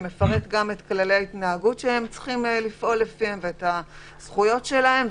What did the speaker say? שמפרט את כללי ההתנהגות שלפיהם הם צריכים לפעול ואת הזכויות שלהם,